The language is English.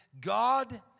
God